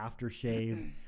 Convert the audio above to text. aftershave